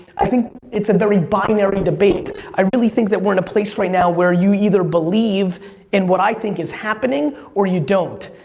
i think it's a very binary debate. i really think that we're in a place right now where you either believe in what i think is happening or you don't.